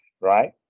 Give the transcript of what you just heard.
Right